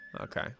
Okay